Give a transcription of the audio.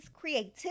creativity